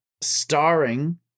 starring